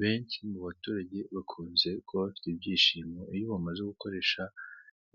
Benshi mu baturage bakunze kuba bafite ibyishimo iyo bamaze gukoresha